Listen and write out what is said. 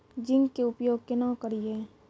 Zinc के उपयोग केना करये?